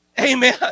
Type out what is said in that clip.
Amen